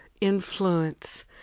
influence